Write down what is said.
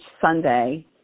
Sunday